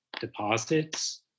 deposits